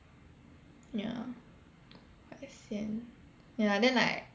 ya quite sian ya lah then like